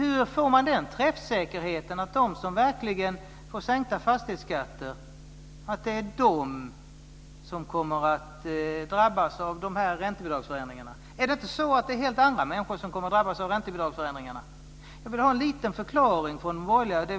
Hur får man träffsäkerheten att de som får sänkta fastighetsskatter verkligen är de som kommer att drabbas av räntebidragsförändringarna? Jag vill ha en liten förklaring från de borgerliga.